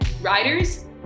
Riders